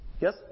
Yes